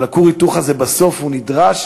אבל כור ההיתוך הזה בסוף הוא נדרש,